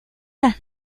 las